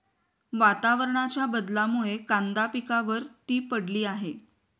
वातावरणाच्या बदलामुळे कांदा पिकावर ती पडली आहे